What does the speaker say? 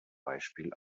beispiel